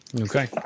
Okay